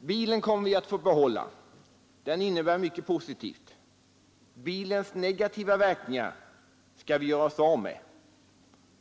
Bilen kommer vi att få behålla. Den innebär mycket positivt. Bilens negativa verkningar skall vi göra oss av med.